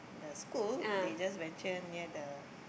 the school they just venture near the